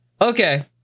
Okay